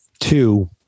Two